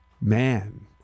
man